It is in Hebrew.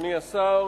אדוני השר,